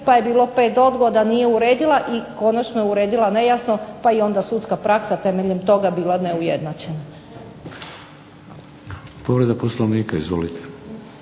pa je bilo pet odgoda nije uredila i konačno je uredila nejasno pa je onda sudska praksa temeljem toga bila neujednačena. **Šeks, Vladimir